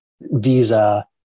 Visa